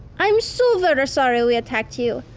i'm so very sorry we attacked you.